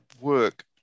work